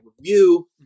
review